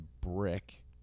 brick